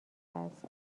است